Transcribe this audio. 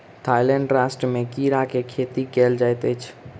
Thailand राष्ट्र में कीड़ा के खेती कयल जाइत अछि